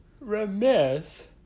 Remiss